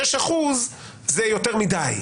שישה אחוזים זה יותר מדי.